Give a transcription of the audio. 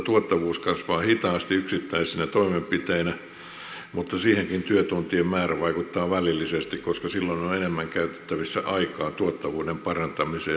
tuottavuus kasvaa hitaasti yksittäisenä toimenpiteenä mutta siihenkin työtuntien määrä vaikuttaa välillisesti koska silloin on enemmän käytettävissä aikaa tuottavuuden parantamiseen ja tuotekehitykseen